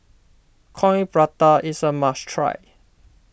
Coin Prata is a must try